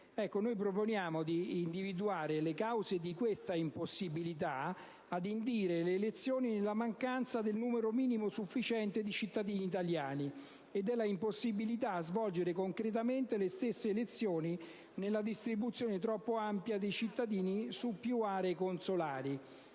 Noi proponiamo di individuare le cause di questa impossibilità ad indire le elezioni nella mancanza del numero minimo sufficiente di cittadini italiani e dell'impossibilità a svolgere concretamente le stesse elezioni nella distribuzione troppo ampia dei cittadini su più aree consolari.